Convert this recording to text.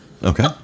Okay